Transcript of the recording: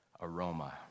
aroma